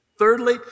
Thirdly